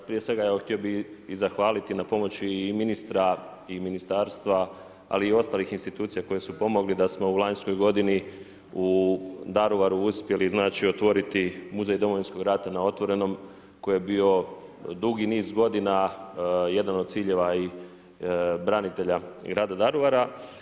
Prije svega evo htio bih i zahvaliti na pomoći i ministra i ministarstva, ali i ostalih institucija koji su pomogli da smo u lanjskoj godini u Daruvaru uspjeli, znači otvoriti muzej Domovinskog rata na otvorenom koji je bio dugi niz godina jedan od ciljeva i branitelja grada Daruvara.